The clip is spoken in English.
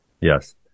Yes